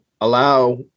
allow